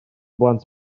blant